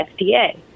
FDA